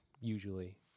usually